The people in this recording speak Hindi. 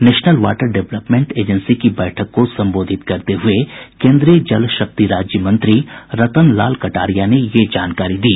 नेशनल वाटर डवलपमेंट एजेंसी की बैठक को संबोधित करते हुये केन्द्रीय जल शक्ति राज्य मंत्री रतन लाल कटारिया ने यह जानकारी दी